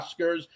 oscars